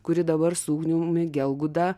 kuri dabar su ugniumi gelgūda